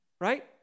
right